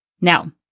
Now